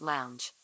Lounge